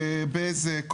בזק,